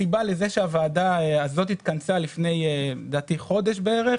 הסיבה לזה שהוועדה הזאת התכנסה לפני חודש בערך